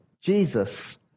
Jesus